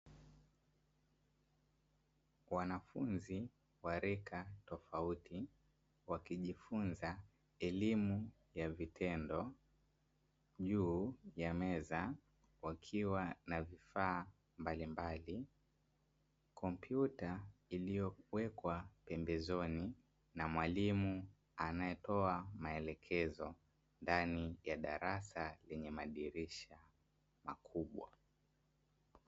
Wanafunzi wa rika tofauti wakijifunza elimu ya vitendo. Juu ya meza wakiwa na vifaa mbalimbali. Kompyuta iliyowekwa pembezoni, na mwalimu anayetoa maelekezo ndani ya darasa lenye madirisha makubwa.